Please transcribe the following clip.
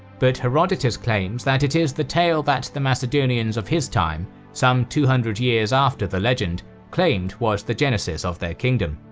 but herodotus claims that it is the tale that the macedonians of his time some two hundred years after the legend claimed was the genesis of their kingdom.